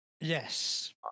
Yes